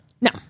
No